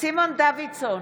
סימון דוידסון,